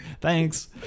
Thanks